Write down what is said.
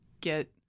get